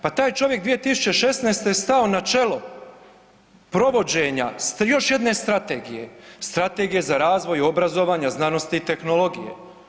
Pa taj čovjek je 2016. je stao na čelo provođenja još jedne strategije, Strategije za razvoj obrazovanja, znanosti i tehnologije.